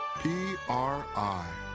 PRI